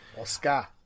Oscar